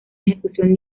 ejecución